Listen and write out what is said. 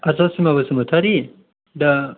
आद्सा सिमा बसुमतारि दा